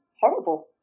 horrible